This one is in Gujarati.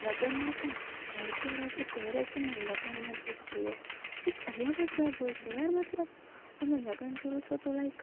લગનમાં પણ ઘર જોડા જે પહેરે છેને લગનમાં જે સ્ત્રીઓ એક અલગ જ વાઈબ હોય છે યાર મતલબ તમે લગન કરો છો તો લાઇક